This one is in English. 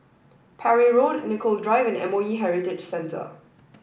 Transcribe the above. Parry Road Nicoll Drive and M O E Heritage Center